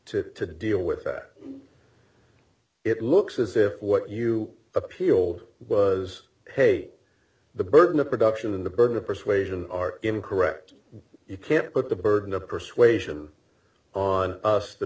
to to deal with that it looks as if what you appear old was hey the burden of production and the burden of persuasion are incorrect you can't put the burden of persuasion on us the